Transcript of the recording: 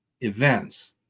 events